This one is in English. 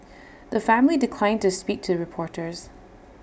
the family declined to speak to reporters